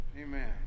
Amen